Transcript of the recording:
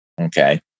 Okay